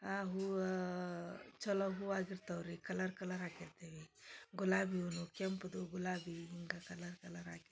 ಆ ಹೂವು ಚಲೊ ಹೂ ಆಗಿರ್ತಾವೆ ರೀ ಕಲರ್ ಕಲರ್ ಹಾಕಿರ್ತೇವೆ ಗುಲಾಬಿ ಹೂವು ಕೆಂಪುದು ಗುಲಾಬಿ ಹಿಂಗೆ ಕಲರ್ ಕಲರ್ ಹಾಕಿರ್ತೇವೆ